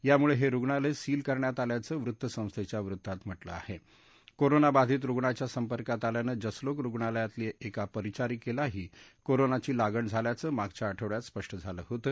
यामुळहिसिणालयं seal करण्यात आल्याचं वृत्तसंस्थाच्या वृत्तात म्हटलं आहकोरोनाबाधित रुग्णाच्या संपर्कात आल्यानं जसलोक रुग्णालयातली एका परिचारिक्खाही कोरोनाची लागण झाल्याचं मागच्या आठवड्यात स्पष्ट झालं होतं